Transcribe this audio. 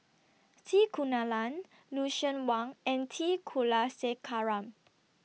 C Kunalan Lucien Wang and T Kulasekaram